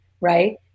right